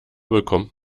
bekommt